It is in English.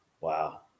Wow